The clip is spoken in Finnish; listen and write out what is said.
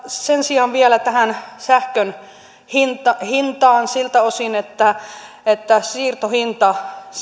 sen sijaan vielä tähän sähkön hintaan siltä osin että että siirtohinnan